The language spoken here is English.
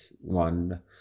one